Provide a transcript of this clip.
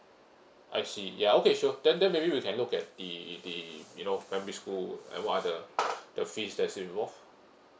I see ya okay sure then then may be we can look at the the you know primary school and what are the the fees that's involve